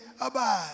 abide